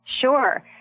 Sure